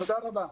תודה רבה.